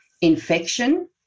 infection